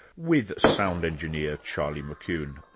with sound engineer charlie mckune.